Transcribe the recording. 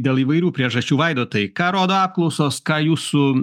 dėl įvairių priežasčių vaidotai ką rodo apklausos ką jūsų